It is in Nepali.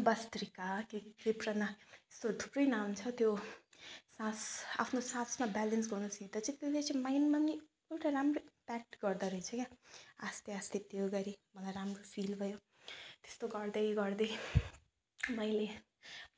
बसत्रिका के के प्रणा थुप्रै नाम छ त्यो सास आफ्नो सासमा ब्यालेन्स गर्नु सिक्दा चाहिँ त्यसले चाहिँ माइन्डमा पनि पनि एउटा राम्रो इम्प्याक्ट गर्दो रहेछ क्या आस्ते आस्ते त्यो गरी मलाई राम्रो फिल भयो त्यस्तो गर्दै गर्दै मैले